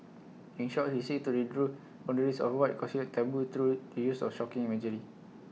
in short he seeks to redraw boundaries of what is considered taboo through the use of shocking imagery